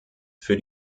für